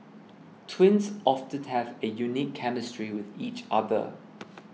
twins often have a unique chemistry with each other